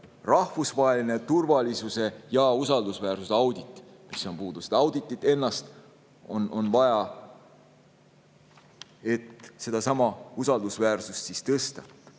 rahvusvahelise turvalisuse ja usaldusväärsuse auditi, mis on [praegu] puudu. Auditit ennast on vaja, et sedasama usaldusväärsust tõsta.